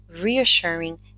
reassuring